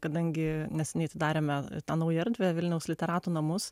kadangi neseniai atidarėme tą naują erdvę vilniaus literatų namus